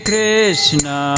Krishna